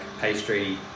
pastry